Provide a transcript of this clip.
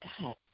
God